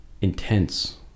intense